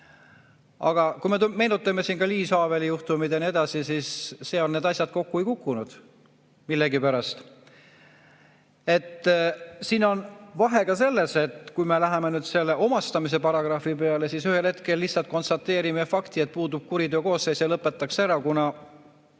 Kui me meenutame siin Liis Haaveli juhtumeid ja nii edasi, siis seal need asjad kokku ei kukkunud millegipärast. Siin on vahe ka selles, et kui me läheme selle omastamise paragrahvi peale, siis ühel hetkel lihtsalt konstateerime fakti, et puudub kuriteokoosseis ja lõpetatakse ära, kuna,